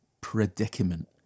predicament